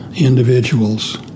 individuals